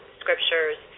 scriptures